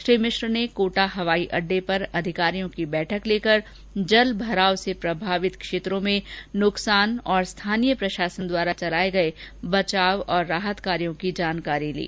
श्री मिश्र ने कोटा हवाई हड्डे पर अधिकारियों की बैठक लेकर जल भराव से प्रभावित क्षेत्रों में हुए नुकसान और स्थानीय प्रशासन द्वारा चलाये गये बचाव और राहत कार्यों की जानकारी ली